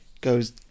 goes